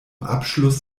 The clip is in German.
abschluss